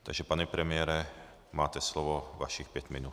Takže pane premiére, máte slovo, vašich pět minut.